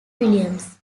williams